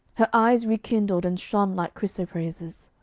her eyes rekindled and shone like chrysoprases.